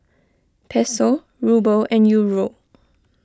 Peso Ruble and Euro